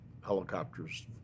helicopters